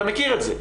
אתה מכיר את זה,